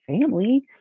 family